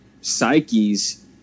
psyches